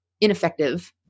ineffective